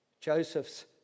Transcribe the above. Joseph's